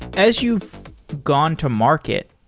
as you've gone to market,